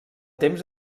temps